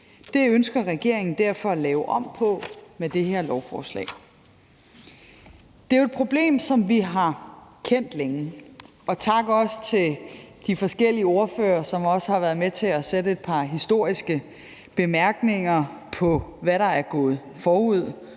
Det ønsker regeringen derfor at lave om på med det her lovforslag. Det er jo et problem, som vi har kendt længe. Og også tak til de forskellige ordførere, som har været med til at sætte et par historiske bemærkninger på, hvad der er gået forud